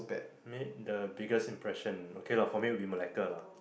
made the biggest impression okay lah for me would be Malacca lah